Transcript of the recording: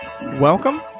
Welcome